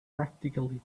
practically